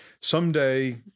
someday